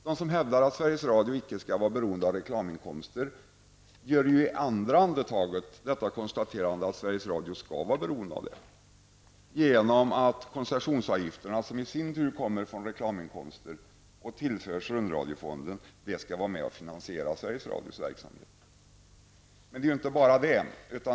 De som hävdar att Sveriges Radio skall vara beroende av reklaminkomster gör i nästa andetag konstaterandet att det skall vara beroende av reklaminkomster genom att koncessionsavgifter, som i sin tur kommer från reklaminkomster och tillförs rundradiofonden, skall vara med och finansiera Sveriges Radios verksamhet. Men det är inte bara det.